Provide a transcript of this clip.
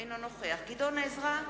אינו נוכח גדעון עזרא,